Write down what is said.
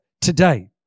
today